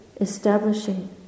establishing